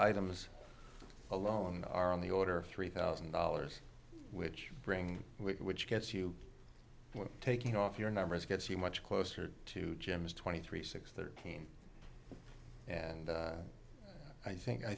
items alone are on the order of three thousand dollars which bring which gets you taking off your numbers gets you much closer to jim's twenty three six thirteen and i think i